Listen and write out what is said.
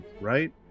right